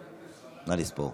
נא לספור.